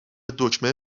دکمه